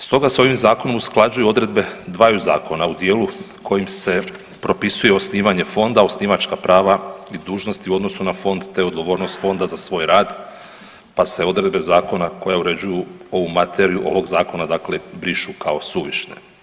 Stoga se ovim zakonom usklađuju odredbe dvaju zakona u dijelu kojim se propisuje osnivanje fonda, osnivačka prava i dužnosti u odnosu na fond te odgovornost fonda za svoj rad pa se odredbe zakona koje uređuju ovu materiju ovog zakona brišu kao suvišne.